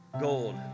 gold